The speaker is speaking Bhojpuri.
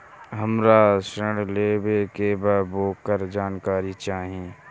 हमरा ऋण लेवे के बा वोकर जानकारी चाही